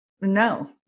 no